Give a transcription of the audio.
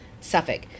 Suffolk